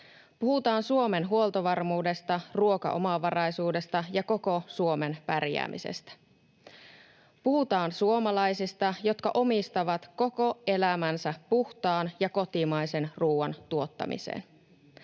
Puhutaan Suomen huoltovarmuudesta, ruokaomavaraisuudesta ja koko Suomen pärjäämisestä. Puhutaan suomalaisista, jotka omistavat koko elämänsä puhtaan ja kotimaisen ruuan tuottamiseen.